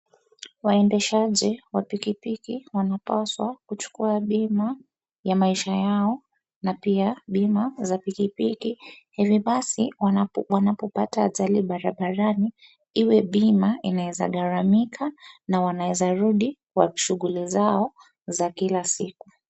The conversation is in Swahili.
Waendeshaji wa pikipiki wanapaswa kuchukua bima ya maisha yao na pia bima za pikipiki, hivyo basi wanapopata ajali barabarani iwe bima inaweza garamika na wanaweza rudi kwa shughuli zao za kila siku.